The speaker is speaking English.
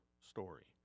story